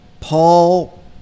Paul